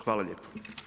Hvala lijepo.